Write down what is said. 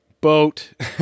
boat